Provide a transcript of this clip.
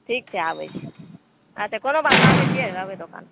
ठीक छै आबै छी अच्छा कोनो बात नऽ आबै छियै रहबै दोकान पर